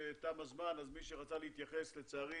תם הזמן, אז מי שרצה להתייחס לצערי